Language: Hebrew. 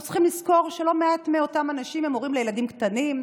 אנחנו צריכים לזכור שלא מעט מאותם אנשים הם הורים לילדים קטנים,